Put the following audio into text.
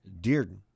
dearden